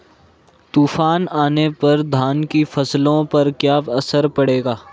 तूफान आने पर धान की फसलों पर क्या असर पड़ेगा?